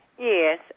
Yes